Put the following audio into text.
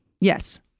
Yes